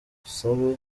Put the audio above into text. busabe